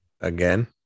again